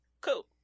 cool